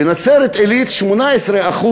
בנצרת-עילית 18%